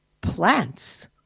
plants